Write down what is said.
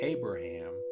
Abraham